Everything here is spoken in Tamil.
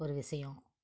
ஒரு விஷயம்